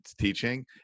teaching